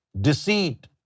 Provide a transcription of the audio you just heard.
deceit